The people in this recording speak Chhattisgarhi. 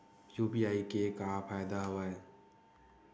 यू.पी.आई के का फ़ायदा हवय?